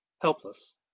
helpless